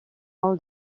all